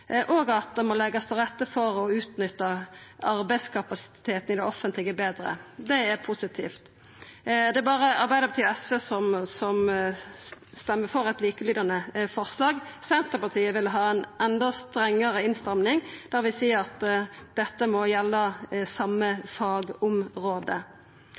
og at det må leggjast til rette for å utnytta arbeidskapasiteten i det offentlege betre. Det er positivt. Det er berre Arbeidarpartiet og SV som stemmer for eit likelydande forslag. Senterpartiet vil ha ei enda strengare innstramming, der vi seier at dette må gjelda